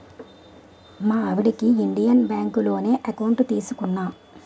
మా ఆవిడకి ఇండియన్ బాంకులోనే ఎకౌంట్ తీసుకున్నా